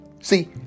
See